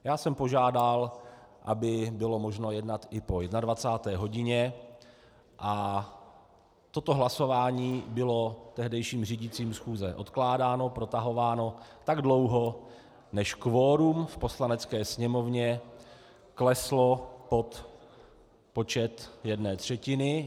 Já jsem požádal, aby bylo možno jednat i po 21. hodině a toto hlasování bylo tehdejším řídícím schůze odkládáno, protahováno tak dlouho, než kvorum v Poslanecké sněmovně kleslo pod počet jedné třetiny.